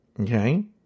okay